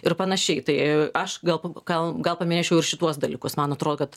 ir panašiai tai aš gal gal gal paminėčiau ir šituos dalykus man atrodo kad